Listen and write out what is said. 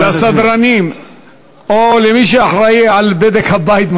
הסדרנים או מי שאחראי לבדק-הבית,